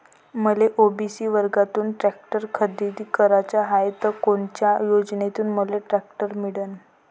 मले ओ.बी.सी वर्गातून टॅक्टर खरेदी कराचा हाये त कोनच्या योजनेतून मले टॅक्टर मिळन?